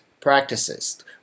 practices